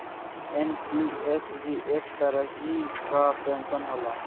NPS भी एक तरही कअ पेंशन होला